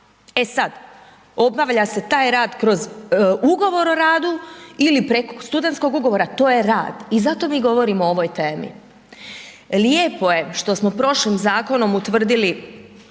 e sad obavlja se taj rad kroz Ugovor o radu ili preko studentskog ugovora to je rad i zato mi govorimo o ovoj temi. Lijepo je što smo prošlim zakonom utvrdili